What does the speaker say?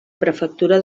prefectura